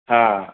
हा